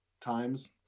times